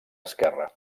esquerre